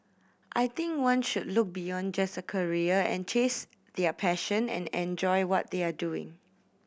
I think one should look beyond just a career and chase their passion and enjoy what they are doing